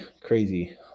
crazy